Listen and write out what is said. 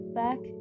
back